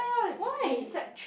why